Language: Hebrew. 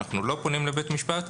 והם לא פונים לבית המשפט.